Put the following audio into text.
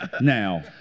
now